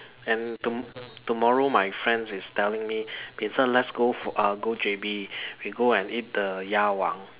and to~ tomorrow my friends is telling me Vincent let's go fo~ uh go J_B we go and eat the 鸭王